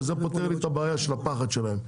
וזה פותר לי את הבעיה של הפחד שלהם.